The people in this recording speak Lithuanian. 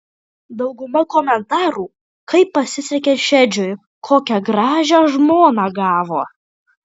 dauguma komentarų kaip pasisekė šedžiui kokią gražią žmoną gavo